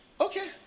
okay